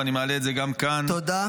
ואני מעלה את זה גם כאן -- תודה.